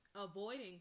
avoiding